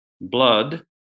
Blood